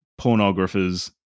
pornographers